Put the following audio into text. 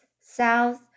south